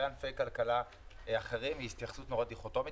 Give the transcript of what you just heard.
ענפי כלכלה אחרים היא התייחסות נורא דיכוטומית.